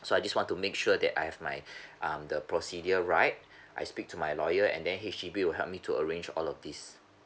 so I just want to make sure that I have like um the procedure right I speak to my lawyer and then H_DB will help me to arrange all of this